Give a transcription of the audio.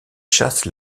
chasse